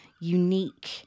unique